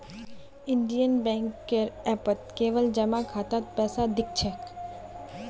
Indian बैंकेर ऐपत केवल जमा खातात पैसा दि ख छेक